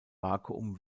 vakuum